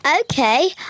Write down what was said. Okay